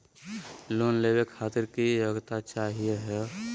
Loan लेवे खातीर की योग्यता चाहियो हे?